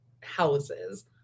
houses